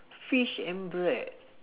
fish and bread